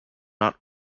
not